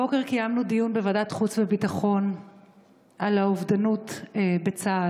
הבוקר קיימנו דיון בוועדת חוץ וביטחון על האובדנות בצה"ל,